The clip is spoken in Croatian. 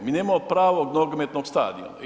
Mi nemamo pravog nogometnog stadiona.